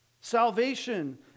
Salvation